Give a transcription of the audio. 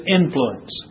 influence